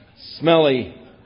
smelly